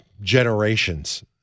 generations